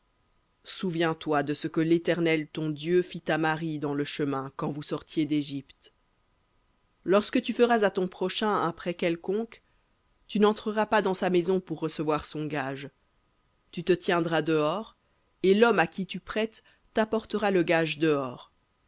souviens-toi de ce que l'éternel ton dieu fit à marie dans le chemin quand vous sortiez dégypte lorsque tu feras à ton prochain un prêt quelconque tu n'entreras pas dans sa maison pour recevoir son gage tu te tiendras dehors et l'homme à qui tu prêtes t'apportera le gage dehors